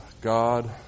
God